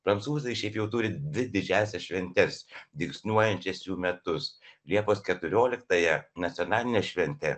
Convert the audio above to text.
prancūzai šiaip jau turi dvi didžiąsias šventes dygsniuojančias jų metus liepos keturiolktąją nacionalinę šventę